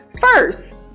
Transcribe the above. first